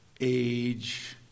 age